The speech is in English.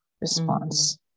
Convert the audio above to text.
response